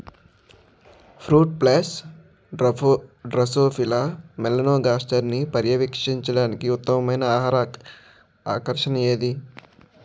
Fruit flies drosophila మెలనోగాస్టర్ని పర్యవేక్షించడానికి ఉత్తమమైన ఆహార ఆకర్షణ ఏది?